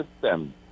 system